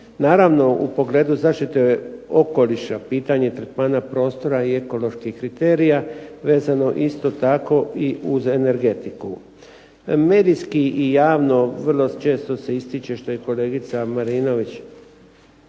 Naravno, u pogledu zaštite okoliša pitanje tretmana prostora i ekoloških kriterija vezano je isto tako i uz energetiku. Medijski i javno vrlo često se ističe što je kolegica